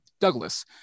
Douglas